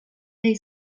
类似